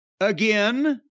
again